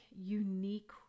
unique